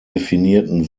definierten